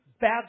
bad